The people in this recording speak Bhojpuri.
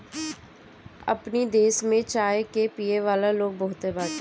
अपनी देश में चाय के पियेवाला लोग बहुते बाटे